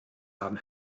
haben